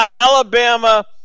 Alabama